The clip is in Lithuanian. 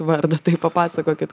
vardą tai papasakokit